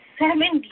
seven